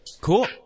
Cool